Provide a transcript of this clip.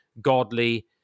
godly